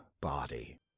body